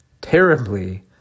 terribly